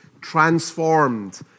transformed